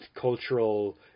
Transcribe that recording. cultural